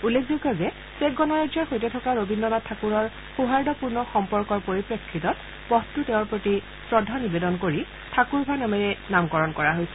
উল্লেখযোগ্য যে চেক গণৰাজ্যৰ সৈতে থকা ৰবীন্দ্ৰ নাথ ঠাকূৰৰ সৌহাদ্যপূৰ্ণ সম্পৰ্কৰ পৰিপ্ৰেক্ষিতত পথটো তেওঁৰ প্ৰতি শ্ৰদ্ধা নিবেদন কৰি ঠাকুৰভা নামেৰে নামকৰণ কৰা হৈছে